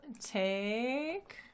take